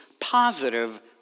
positive